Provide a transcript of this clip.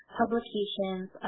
publications